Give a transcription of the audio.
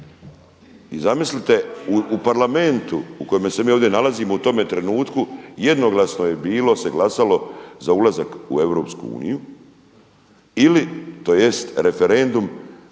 I zamislite u Parlamentu u kome se mi ovdje nalazimo u tome trenutku jednoglasno je bilo se glasalo za ulazak u EU ili tj. referendum